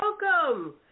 Welcome